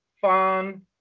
fun